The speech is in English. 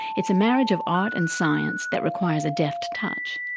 it's a marriage of art and science that requires a deft touch,